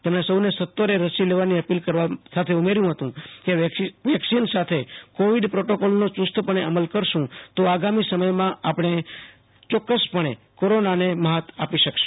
તેમણે સૌને સત્વરે રસી લેવાની અપીલ કરવા સાથે ઉમેર્યું હતું કેવેક્સીન સાથે કોવિડ પ્રોટોકોલનો યુસ્તપણે અમલ કરશું તો આગામી સમયમાં આપણે યોક્કસપણે કોરોનાને મ્હાત આપી શકશું